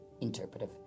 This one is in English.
interpretive